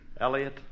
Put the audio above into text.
Elliot